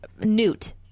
Newt